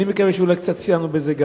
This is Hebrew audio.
ואני מקווה שאולי גם קצת סייענו בזה.